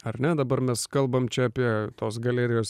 ar ne dabar mes kalbam apie tos galerijos